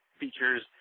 features